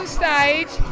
stage